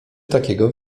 takiego